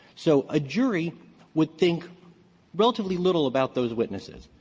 so a jury would think relatively little about those witnesses.